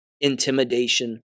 intimidation